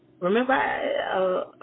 Remember